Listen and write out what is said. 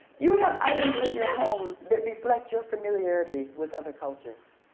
you have items in your home that reflect your familiarity with other cultures.